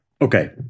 Okay